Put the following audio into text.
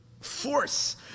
force